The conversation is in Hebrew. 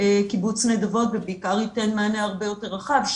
קיבוץ הנדבות ובעיקר ייתן מענה הרבה יותר רחב,